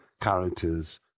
characters